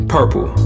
Purple